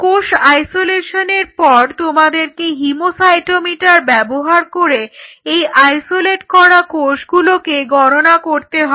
কোষ আইসোলেশনের পর তোমাদেরকে হিমোসাইটোমিটার ব্যবহার করে এই আইসোলেট করা কোষগুলোকে গণনা করতে হবে